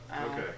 Okay